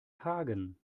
hagen